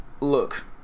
Look